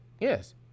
yes